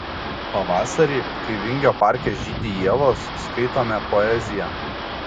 pavasarį kai vingio parke žydi ievos skaitome poeziją